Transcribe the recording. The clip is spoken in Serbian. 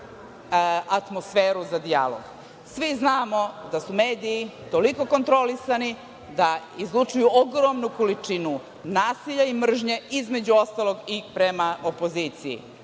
atmosferu za dijalog. Svi znamo da su mediji toliko kontrolisani, da izlučuju ogromnu količinu nasilja i mržnje između ostalog i prema opoziciji.